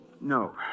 No